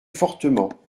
fortement